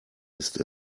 ist